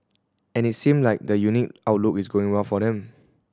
and it seem like that unique outlook is going well for them